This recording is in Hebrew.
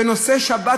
בנושא שבת,